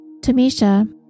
Tamisha